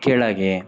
ಕೆಳಗೆ